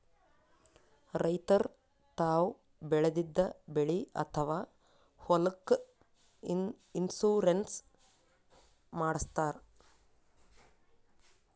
ರೈತರ್ ತಾವ್ ಬೆಳೆದಿದ್ದ ಬೆಳಿ ಅಥವಾ ಹೊಲಕ್ಕ್ ಇನ್ಶೂರೆನ್ಸ್ ಮಾಡಸ್ತಾರ್